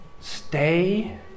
stay